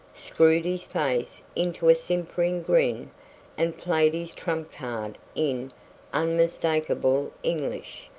screwed his face into a simpering grin and played his trump card in unmistakable english.